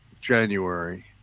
...January